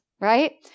right